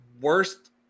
worst